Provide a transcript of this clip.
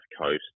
Coast